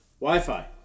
Wi-Fi